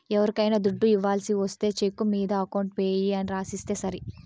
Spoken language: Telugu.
ఎవరికైనా దుడ్డు ఇవ్వాల్సి ఒస్తే చెక్కు మీద అకౌంట్ పేయీ అని రాసిస్తే సరి